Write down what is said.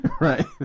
Right